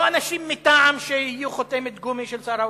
לא אנשים מטעם שיהיו חותמת גומי של שר האוצר,